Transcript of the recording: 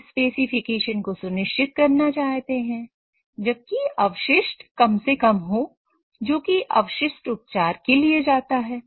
आप स्पेसिफिकेशन को सुनिश्चित करना चाहते हैं जबकि अवशिष्ट कम से कम हो जो कि अवशिष्ट उपचार के लिए जाता है